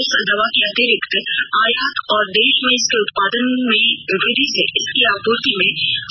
इस दवा के अतिरिक्त आयात और देश में इसके उत्पादन में वृद्धि से इसकी आपूर्ति में